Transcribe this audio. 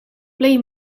plej